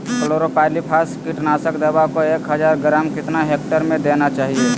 Chlorpyrifos कीटनाशक दवा को एक हज़ार ग्राम कितना हेक्टेयर में देना चाहिए?